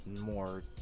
more